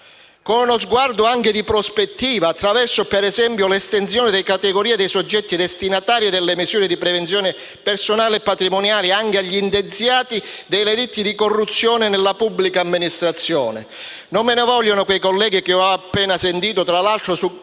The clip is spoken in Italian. con uno sguardo anche di prospettiva attraverso, per esempio, l'estensione delle categorie dei soggetti destinatari delle misure di prevenzione personali e patrimoniali anche agli indiziati dei delitti di corruzione nella pubblica amministrazione. Non me ne vogliano quei colleghi che ho appena sentito avanzare sul